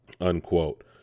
Unquote